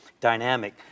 dynamic